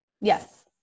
Yes